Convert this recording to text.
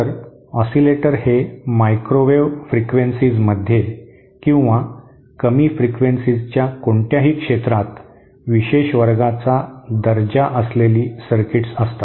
तर ऑसीलेटर हे मायक्रोवेव्ह फ्रिक्वेन्सीजमध्ये किंवा कमी फ्रिक्वेन्सीजच्या कोणत्याही क्षेत्रात विशेष वर्गाचा दर्जा असलेली सर्किट्स असतात